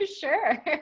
sure